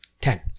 Ten